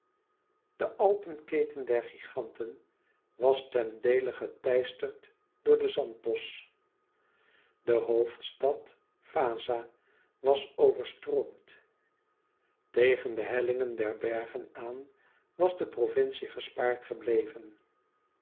de alpenketen der giganten was ten deele geteisterd door den zanthos de hoofdstad vaza was overstroomd tegen de hellingen der bergen aan was de provincie gespaard gebleven